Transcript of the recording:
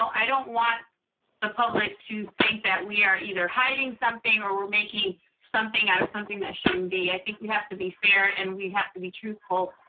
i don't want the public to think that we are either hiding something, or we're making something out of something that shouldn't be. i think we have to be fair and we have to be truthful.